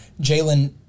Jalen